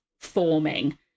forming